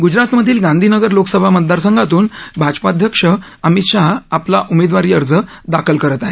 गुजरातमधील गांधीनगर लोकसभा मतदारसंघातून भाजप अध्यक्ष अमित शहा आपला उमेदवारी अर्ज दाखल करत आहेत